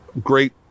great